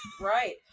Right